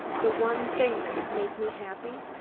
the one thing that would make me happy,